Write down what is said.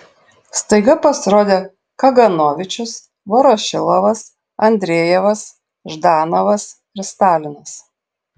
staiga pasirodė kaganovičius vorošilovas andrejevas ždanovas ir stalinas